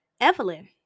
Evelyn